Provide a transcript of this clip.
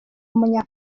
umunya